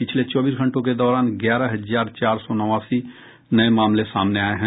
पिछले चौबीस घंटों के दौरान ग्यारह हजार चार सौ नवासी नये मामले सामने आये हैं